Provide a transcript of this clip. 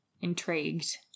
Intrigued